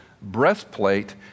Breastplate